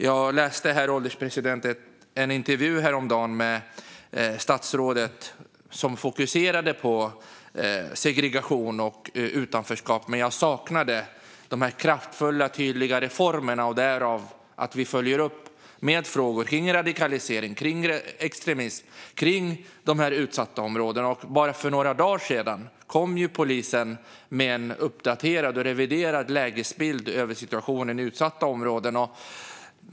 Jag läste en intervju med statsrådet häromdagen, herr ålderspresident, där man fokuserade på segregation och utanförskap. Jag saknade de kraftfulla, tydliga reformerna och att vi följer upp med frågor kring radikalisering, extremism och de utsatta områdena. Bara för några dagar sedan kom polisen med en uppdaterad och reviderad lägesbild över situationen i utsatta områden.